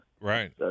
Right